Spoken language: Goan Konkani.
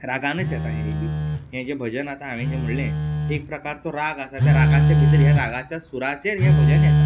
रागानच येता हेय बी हें जें भजन आतां हांवें जें म्हणलें तें एक प्रकारचो राग आसा तें रागाच्या भितर ह्या रागाच्याच सुराचेर हें भजन येता